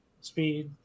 speed